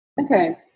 Okay